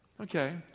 Okay